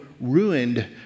ruined